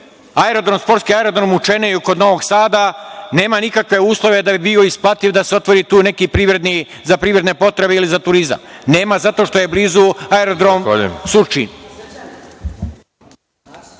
primer. Sportski aerodrom u Čeneju kod Novog Sada nema nikakve uslove da bi bio isplativ da se otvori za privredne potrebe ili za turizam. Nema, zato što je blizu aerodrom Surčin.